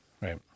Right